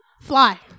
Fly